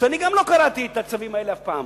שגם אני לא קראתי את הצווים האלה אף פעם.